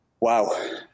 Wow